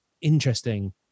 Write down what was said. interesting